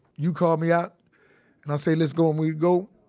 you call me out and i'll say, let's go and we go.